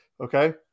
okay